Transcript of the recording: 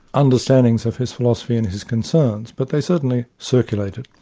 understandings of his philosophy and his concerns, but they certainly circulated.